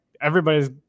everybody's